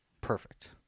perfect